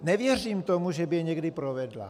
Nevěřím tomu, že by je někdy provedla.